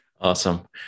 Awesome